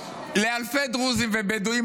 לאלפי דרוזים ובדואים,